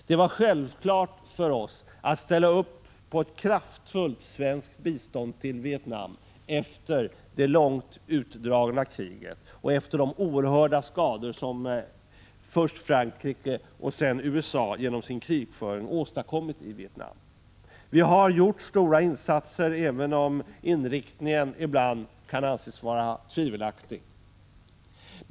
Det var självklart för oss att ställa upp på ett kraftfullt svenskt bistånd till Vietnam efter det långt utdragna kriget och efter de oerhörda skador som först Frankrike och sedan USA genom sin krigföring åstadkommit i Vietnam. Vi har gjort stora insatser, även om inriktningen ibland kan anses vara tvivelaktig.